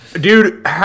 Dude